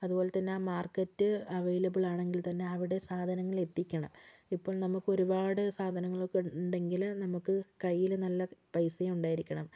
അതുപോലെ തന്നെ ആ മാർക്കറ്റ് അവൈലബിൾ ആണെങ്കിൽ തന്നെ അവിടെ സാധനങ്ങൾ എത്തിക്കണം ഇപ്പോൾ നമുക്ക് ഒരുപാട് സാധനങ്ങൾ ഒക്കെ ഉണ്ടെങ്കിൽ നമുക്ക് കയ്യിൽ നല്ല പൈസയും ഉണ്ടായിരിക്കണം